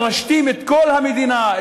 מרשתים את כל המדינה,